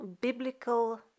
biblical